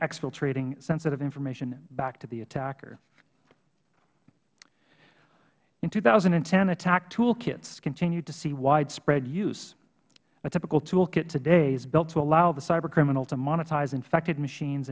filtrating sensitive information back to the attacker in two thousand and ten attack tool kits continued to see widespread use a typical tool kit today is built to allow the cyber criminal to monetize infected machines